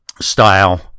style